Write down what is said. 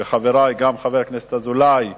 וחברי, גם חבר הכנסת אזולאי ואחרים,